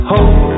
Hope